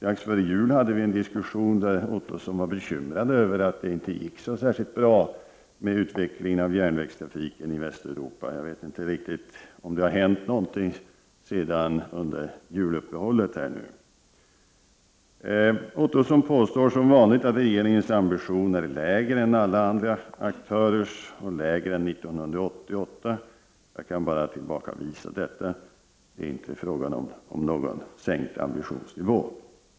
Vi hade strax före jul en diskussion där Roy Ottosson var bekymrad över att det inte gick särskilt bra med utvecklingen av järnvägstrafiken i Västeuropa. Jag vet inte riktigt om det har hänt någonting under juluppehållet. Roy Ottosson påstår som vanligt att regeringens ambitioner är lägre än alla andra aktörers och att de är lägre än ambitionerna år 1988. Jag kan tillbakavisa detta. Det är inte frågan om någon sänkt ambitionsnivå.